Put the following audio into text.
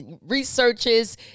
researches